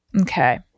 okay